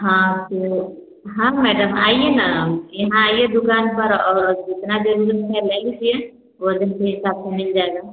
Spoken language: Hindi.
हाँ तो हाँ मैडम आइए न यहाँ आइए दुकान पर और जितना ज़रूरत है ले लीजिए वज़न के हिसाब से मिल जाएगा